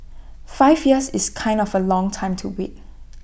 five years is kind of A long time to wait